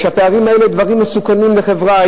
והפערים האלה זה דבר מסוכן לחברה.